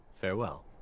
Farewell